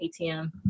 ATM